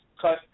cut